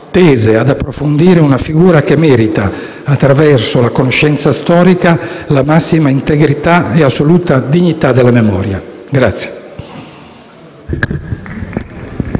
tese ad approfondire una figura che merita, attraverso la conoscenza storica, la massima integrità e l'assoluta dignità della memoria.